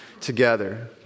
together